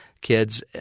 kids